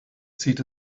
zieht